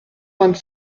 vingt